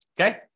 Okay